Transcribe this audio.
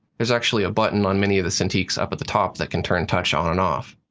there's actually a button on many of the cintiqs up at the top that can turn touch on and off.